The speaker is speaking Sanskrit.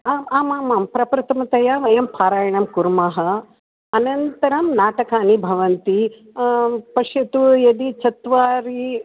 आम् आम् आम् आं प्रप्रथमतया वयं पारायणं कुर्मः अनन्तरं नाटकानि भवन्ति पश्यतु यदि चत्वारि